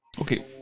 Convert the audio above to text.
okay